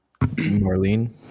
Marlene